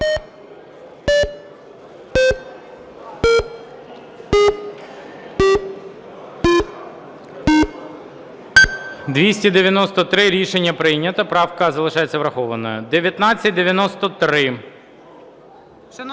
Рішення прийнято. Правка залишається врахованою.